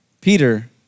Peter